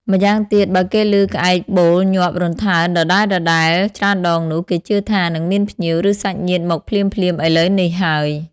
ម្យ៉ាងទៀត បើគេឮក្អែកបូលញាប់រន្ថើនដដែលៗច្រើនដងនោះ គេជឿថា នឹងមានភ្ញៀវ ឬសាច់ញាតិមកភ្លាមៗឥឡូវនេះហើយ។